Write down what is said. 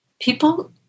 people